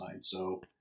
So-